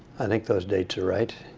i think those dates are right.